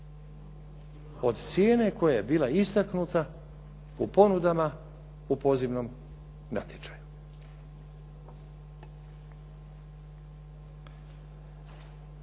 od cijene koja je bila istaknuta u ponudama u pozivnom natječaju.